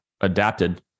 adapted